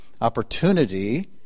opportunity